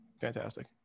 fantastic